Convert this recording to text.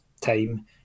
time